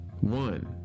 one